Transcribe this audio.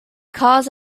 cause